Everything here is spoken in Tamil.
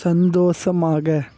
சந்தோஷமாக